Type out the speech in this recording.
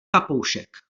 papoušek